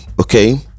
okay